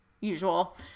usual